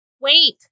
Wait